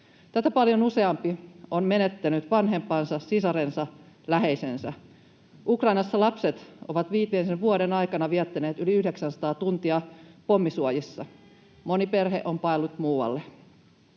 Tätä paljon useampi on menettänyt vanhempansa, sisarensa, läheisensä. Ukrainassa lapset ovat viimeisen vuoden aikana viettäneet yli 900 tuntia pommisuojissa, moni perhe on paennut muualle.